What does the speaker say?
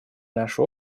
наши